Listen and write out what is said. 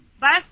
bus